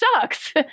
sucks